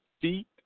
feet